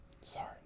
Sorry